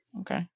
Okay